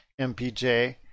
mpj